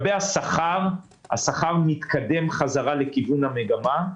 השכר מתקדם חזרה לכיוון המגמה.